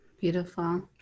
beautiful